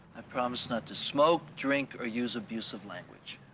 i promise not to smoke drink or use abusive language.